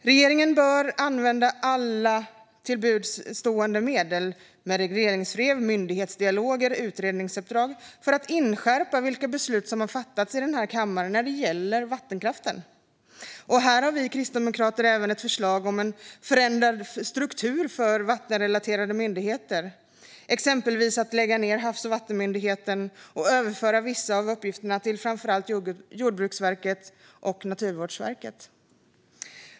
Regeringen bör använda alla till buds stående medel - regleringsbrev, myndighetsdialog, utredningsuppdrag - för att inskärpa vilka beslut som har fattats i denna kammare när det gäller vattenkraften. Kristdemokraterna har även ett förslag om en förändrad struktur för vattenrelaterade myndigheter. Exempelvis tycker vi att man ska lägga ned Havs och vattenmyndigheten och överföra vissa av uppgifterna till framför allt Jordbruksverket och Naturvårdsverket.